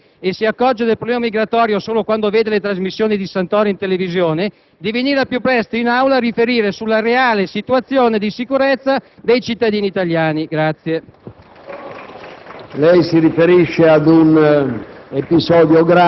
che il ministro Amato, che evidentemente abita in un altro Paese e si accorge del problema immigratorio solo quando vede le trasmissioni di Santoro in televisione, venga al più presto in Aula a riferire sulla reale situazione di sicurezza dei cittadini italiani.